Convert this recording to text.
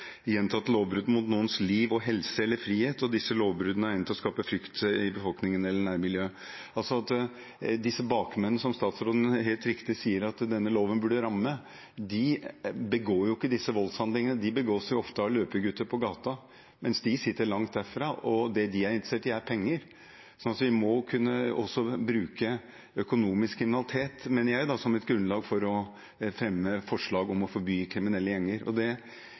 lovbrudd mot noens liv, helse eller frihet, og disse lovbruddene er egnet til å skape frykt i befolkningen eller nærmiljøet». Disse bakmennene, som statsråden helt riktig sier at denne loven burde ramme, begår jo ikke disse voldshandlingene. De begås ofte av løpegutter på gata, mens de sitter langt derfra, og det de er interessert i, er penger. Jeg mener at vi må også kunne bruke økonomisk kriminalitet som et grunnlag for å fremme forslag om å forby kriminelle gjenger.